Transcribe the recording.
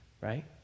Right